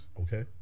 Okay